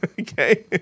okay